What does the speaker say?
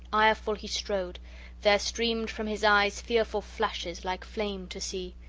ireful he strode there streamed from his eyes fearful flashes, like flame to see.